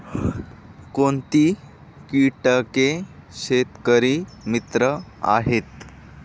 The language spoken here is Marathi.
कोणती किटके शेतकरी मित्र आहेत?